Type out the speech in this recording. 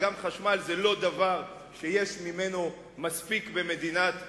וגם חשמל זה לא דבר שיש מספיק ממנו במדינת ישראל.